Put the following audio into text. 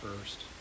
first